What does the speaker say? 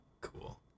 Cool